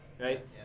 Right